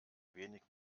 wenig